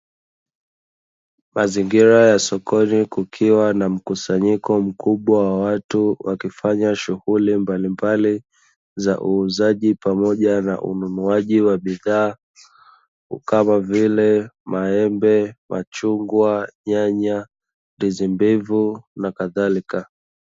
Mazingira ya sokoni kukiwa na mkusanyiko mkubwa wa watu wakifanya shughuli mbalimbali za uuzaji pamoja na ununuaji wa bidhaa kama vile: maembe, machungwa, nyanya, ndizi mbivu, na kadhalika.